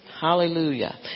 Hallelujah